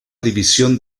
división